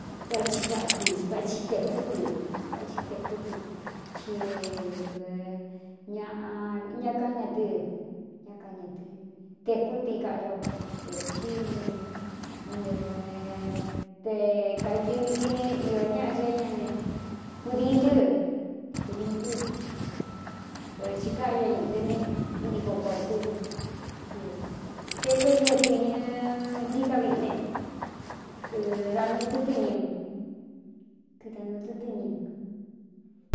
Váthi vaꞌatɨ vái tēkúɨvá thi tēkú tɨ ci ñaꞌa ña káña tɨ ña kaña tɨ tēkú tɨ ikaꞌa ño per í nevte kaitɨviꞌi ne iō ñaꞌa ñaé ña ne kūdiin tɨ́ kūdiín tɨ pero ti káꞌa ño ñiꞌtɨ ne intiko kō tɨ asies etēku é ñee tɨñɨ ntiká viꞌi ne kɨdanuɨ́ɨñɨ kɨdanuu ɨ́ tɨ́ñɨ.